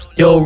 yo